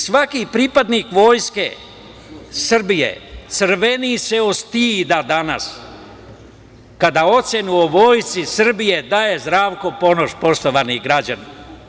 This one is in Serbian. Svaki pripadnik Vojske Srbije crveni se od stida danas kada ocenu o Vojsci Srbije daje Zdravko Ponoš, poštovani građani.